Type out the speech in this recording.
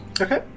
Okay